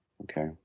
Okay